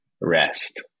rest